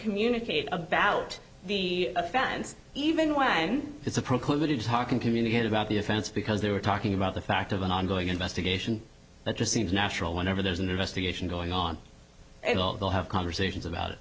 communicate about the offense even when it's a proclivity to talk and communicate about the offense because they were talking about the fact of an ongoing investigation that just seems natural whenever there's an investigation going on at all they'll have conversations about